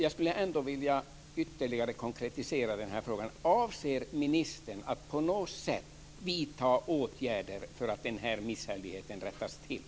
Jag skulle vilja ytterligare konkretisera frågan: Avser ministern att på något sätt vidta åtgärder så att den här misshälligheten rättas till?